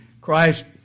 Christ